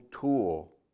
tool